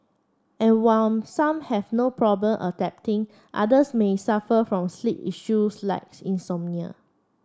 and while some have no problem adapting others may suffer from sleep issues like insomnia